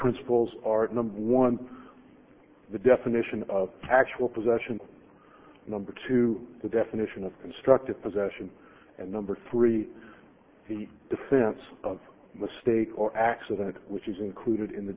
principles are number one the definition of actual possession number two the definition of constructive possession and number three the defense of the state or accident which is included in the